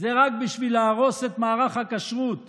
שהמערכת שמה את זה על סדר-היום,